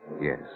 Yes